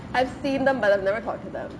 I've seen them but I've never talked to them